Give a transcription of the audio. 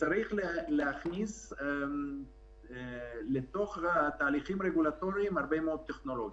וצריך להכניס לתוך התהליכים הרגולטוריים הרבה מאוד טכנולוגיה,